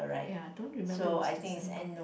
ya don't remember was December